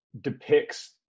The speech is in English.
depicts